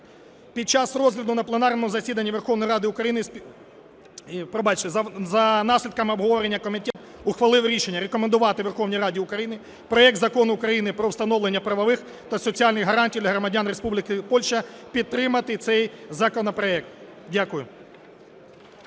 Під час розгляду на пленарному засіданні Верховної Ради України… Пробачте, за наслідками обговорення комітет ухвалив рішення рекомендувати Верховній Раді України проект Закону України про встановлення правових та соціальних гарантій для громадян Республіки Польща підтримати цей законопроект. Дякую.